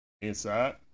Inside